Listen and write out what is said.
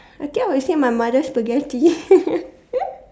I think I will say my mother's spaghetti